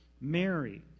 Mary